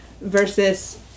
versus